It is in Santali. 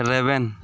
ᱨᱮᱵᱮᱱ